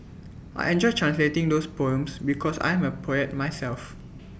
I enjoyed translating those poems because I am A poet myself